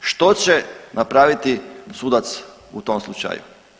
Što će napraviti sudac u tom slučaju?